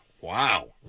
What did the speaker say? Wow